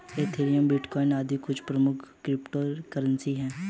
Ethereum, bitcoin आदि कुछ प्रमुख क्रिप्टो करेंसी है